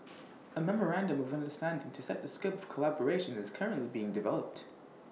A memorandum of understanding to set the scope of collaboration is currently being developed